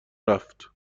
رفت